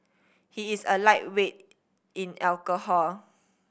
he is a lightweight in alcohol